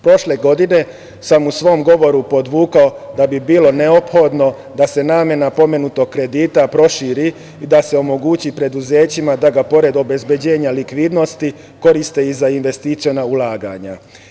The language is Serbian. Prošle godine sam u svom govoru podvukao da bi bilo neophodno da se namena pomenutog kredita proširi i da se omogući preduzećima da ga pored obezbeđenja likvidnosti koriste i za investiciona ulaganja.